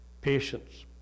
patience